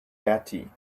batty